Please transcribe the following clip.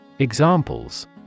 examples